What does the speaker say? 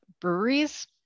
breweries